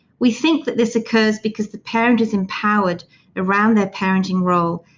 we think that this occurs because the parent is empowered around their parenting role.